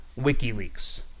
WikiLeaks